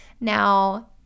Now